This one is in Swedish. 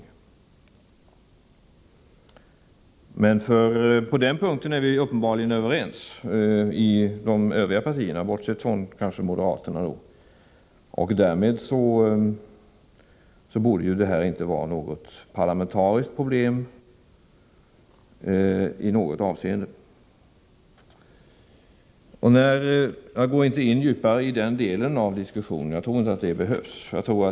På den punkten är vi uppenbarligen överens i de övriga partierna, alltså bortsett kanske från moderaterna. Därmed borde ju detta inte vara något parlamentariskt problem i något avseende. Jag går inte djupare in på den delen av diskussionen. Jag tror inte det behövs.